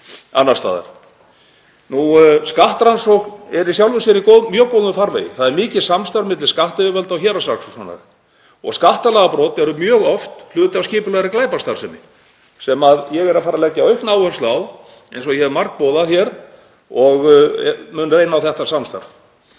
annars staðar. Skattrannsóknin er í sjálfu sér í mjög góðum farvegi. Það er mikið samstarf milli skattyfirvalda og héraðssaksóknara — en skattalagabrot eru mjög oft hluti af skipulagðri glæpastarfsemi, sem ég er að fara að leggja aukna áherslu á eins og ég hef margboðað hér — og mun reyna á þetta samstarf.